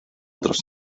dros